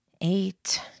Eight